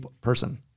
person